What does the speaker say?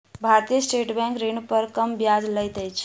भारतीय state bank ऋण पर कम ब्याज लैत अछि